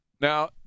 Now